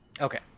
Okay